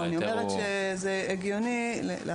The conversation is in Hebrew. זה הגיוני להכניס את זה גם לכאן.